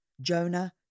Jonah